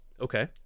Okay